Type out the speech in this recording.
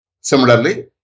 Similarly